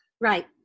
Right